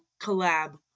collab